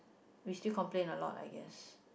we still complain a lot I guess